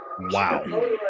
Wow